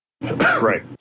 Right